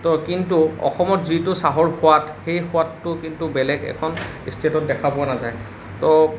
তো কিন্তু অসমত যিটো চাহৰ সোৱাদ সেই সোৱাদটো কিন্তু বেলেগ এখন ষ্টেটত দেখা পোৱা নাযায় তো